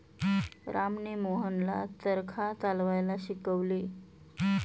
रामने मोहनला चरखा चालवायला शिकवले